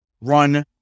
run